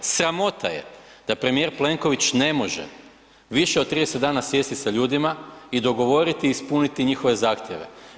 Sramota je da premijer Plenković ne može više od 30 dana sjesti sa ljudima i dogovoriti i ispuniti njihove zahtjeve.